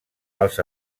als